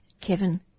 Kevin